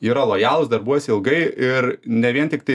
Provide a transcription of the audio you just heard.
yra lojalūs darbuose ilgai ir ne vien tiktai